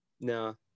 No